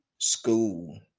school